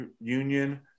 Union